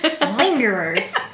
Lingerers